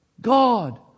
God